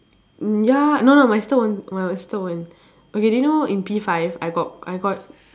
mm ya no no my sister won't my sister won't okay do you know in P five I got I got